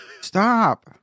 stop